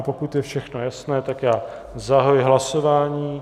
Pokud je všechno jasné, tak já zahajuji hlasování.